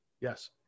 Yes